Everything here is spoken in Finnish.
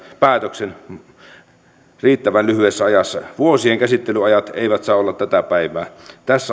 päätöksen riittävän lyhyessä ajassa vuosien käsittelyajat eivät saa olla tätä päivää tässä